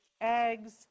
eggs